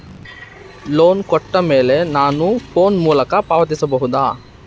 Loan ಕೊಟ್ಟ ಮೇಲೆ ನಾನು ಫೋನ್ ಮೂಲಕ ಪಾವತಿಸಬಹುದಾ?